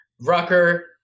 Rucker